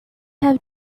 have